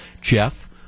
Jeff